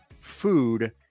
food